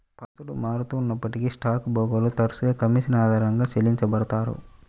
పద్ధతులు మారుతూ ఉన్నప్పటికీ స్టాక్ బ్రోకర్లు తరచుగా కమీషన్ ఆధారంగా చెల్లించబడతారు